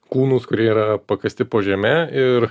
kūnus kurie yra pakasti po žeme ir